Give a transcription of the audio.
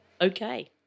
Okay